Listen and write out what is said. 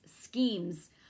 schemes